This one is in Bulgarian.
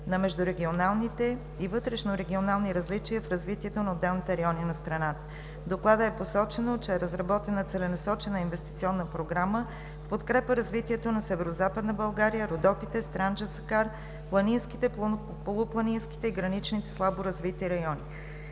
на междурегионалните и вътрешнорегионални различия в развитието на отделните райони на страната. В доклада е посочено, че е разработена Целенасочена инвестиционна програма в подкрепа развитието на Северозападна България, Родопите, Странджа-Сакар, планинските, полупланинските и граничните слабо развити райони,